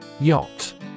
Yacht